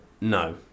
No